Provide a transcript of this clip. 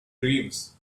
dreams